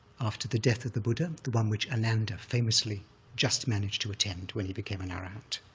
after the death of the buddha, the one which ananda famously just managed to attend when he became an arahant.